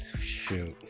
shoot